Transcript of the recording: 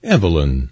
Evelyn